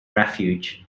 refuge